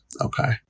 okay